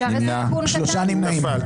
הצבעה לא אושרה נפל.